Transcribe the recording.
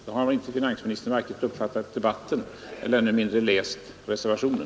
Då har finansministern inte uppfattat debatten och uppenbarligen inte läst reservationen.